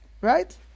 Right